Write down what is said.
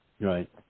Right